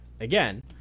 again